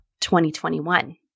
2021